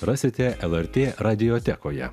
rasite lrt radiotekoje